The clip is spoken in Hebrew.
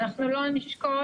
אנחנו לא נשקוט